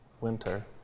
winter